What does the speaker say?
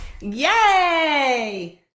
Yay